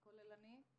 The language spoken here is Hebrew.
הכוללני,